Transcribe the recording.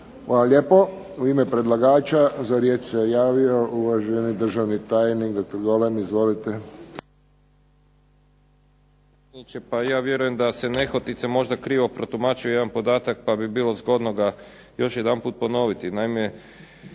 Hvala lijepo. U ime predlagača za riječ se javio uvaženi državni tajnik doktor Golem. Izvolite.